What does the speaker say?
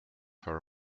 her